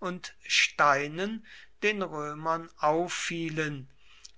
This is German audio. und steinen den römern auffielen